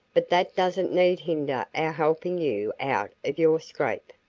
but that doesn't need hinder our helping you out of your scrape.